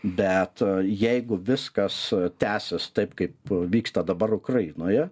bet jeigu viskas tęsis taip kaip vyksta dabar ukrainoje